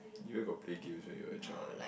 you where got play games when you were a child